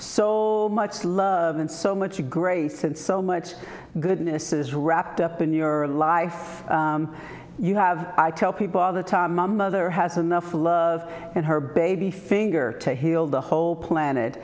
sold much love and so much grace and so much goodness is wrapped up in your life you have i tell people all the time my mother has enough love and her baby finger to heal the whole planet